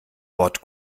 wort